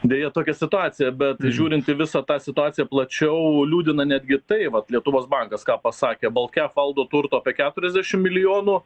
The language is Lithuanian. deja tokia situacija bet žiūrint visą tą situaciją plačiau liūdina netgi tai vat lietuvos bankas ką pasakė baltkep valdo turto apie keturiasdešim milijonų